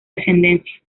descendencia